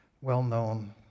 well-known